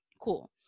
Cool